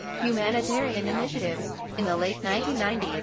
humanitarian initiatives in the late nineteen ninety s,